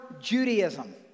Judaism